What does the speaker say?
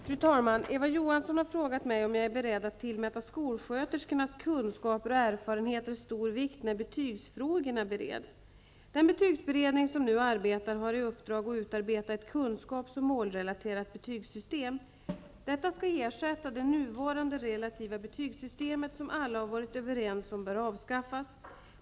Fru talman! Eva Johansson har frågat mig om jag är beredd att tillmäta skolsköterskornas kunskaper och erfarenheter stor vikt när betygsfrågorna bereds. Den betygsberedning som nu arbetar har i uppdrag att utarbeta ett kunskaps och målrelaterat betygssystem. Detta skall ersätta det nuvarande relativa betygssystemet, som alla varit överens om bör avskaffas.